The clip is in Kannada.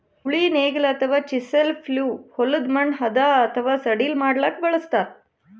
ಉಳಿ ನೇಗಿಲ್ ಅಥವಾ ಚಿಸೆಲ್ ಪ್ಲೊ ಹೊಲದ್ದ್ ಮಣ್ಣ್ ಹದಾ ಅಥವಾ ಸಡಿಲ್ ಮಾಡ್ಲಕ್ಕ್ ಬಳಸ್ತಾರ್